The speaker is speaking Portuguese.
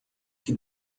que